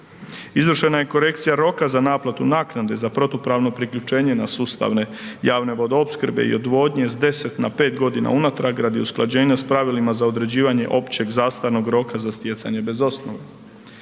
Izvršena je korekcija roka za naplatu naknade za protupravno priključene na sustavne javne vodoopskrbe i odvodnje sa 10 na 5 godina unatrag radi usklađenja sa pravilima za određivanje općeg zastarnog roka za stjecanje bez osnove.